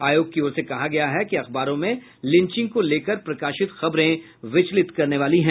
आयोग की ओर से कहा गया है कि अखबारों में लीचिंग को लेकर प्रकाशित खबरें विचलित करने वाली हैं